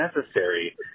necessary